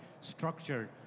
structured